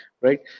right